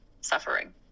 suffering